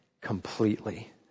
completely